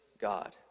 God